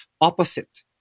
opposite